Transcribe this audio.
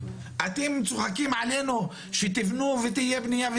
אתם צוחקים עלינו שתבנו ותהיה בנייה,